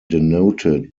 denoted